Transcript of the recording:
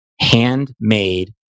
handmade